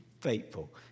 faithful